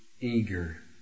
eager